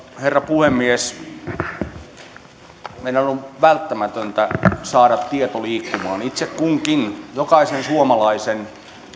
herra puhemies meidän on välttämätöntä saada tieto liikkumaan itse kunkin jokaisen suomalaisen